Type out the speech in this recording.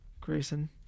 Grayson